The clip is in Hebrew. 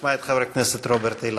נשמע את חבר הכנסת רוברט אילטוב.